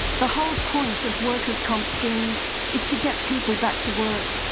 the whole point of workers comp schemes is to get people back to work.